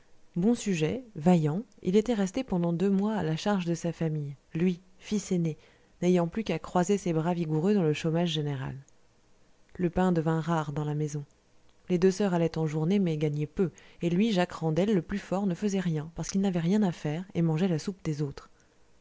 bon sujet vaillant il était resté pendant deux mois à la charge de sa famille lui fils aîné n'ayant plus qu'à croiser ses bras vigoureux dans le chômage général le pain devint rare dans la maison les deux soeurs allaient en journée mais gagnaient peu et lui jacques randel le plus fort ne faisait rien parce qu'il n'avait rien à faire et mangeait la soupe des autres